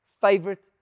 favorite